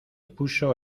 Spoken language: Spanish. puso